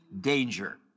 danger